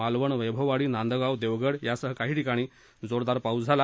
मालवण वैभववाडी नांदगाव देवगड यासह काही ठिकाणी जोरदार पाऊस झाला